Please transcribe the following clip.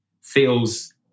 feels